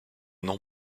non